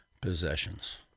possessions